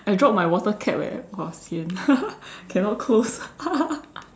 I drop my water cap eh !wah! sian cannot close